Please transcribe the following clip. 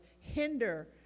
hinder